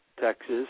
Texas